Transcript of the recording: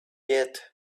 yet